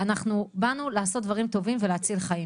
אנחנו באנו לעשות דברים טובים ולהציל חיים.